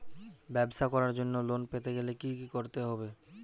ব্যবসা করার জন্য লোন পেতে গেলে কি কি করতে হবে?